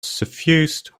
suffused